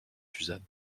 suzanne